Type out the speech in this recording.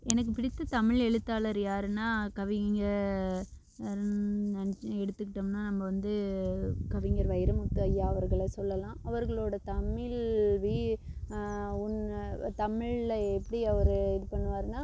எனக்கு பிடித்த தமிழ் எழுத்தாளர் யாருனால் கவிஞர் எடுத்துக்கிட்டோம்னால் நம்ம வந்து கவிஞர் வைரமுத்து ஐயா அவர்களை சொல்லலாம் அவர்களோடய தமிழ் ஒன்று தமிழ்ல எப்படி அவர் இது பண்ணுவாருனால்